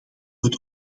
het